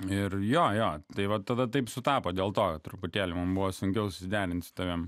ir jo jo tai va tada taip sutapo dėl to truputėlį mum buvo sunkiau susiderint tavimi